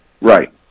Right